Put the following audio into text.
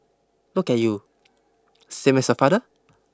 look at you same as your father